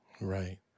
Right